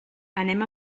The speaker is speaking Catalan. anem